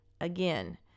again